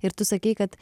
ir tu sakei kad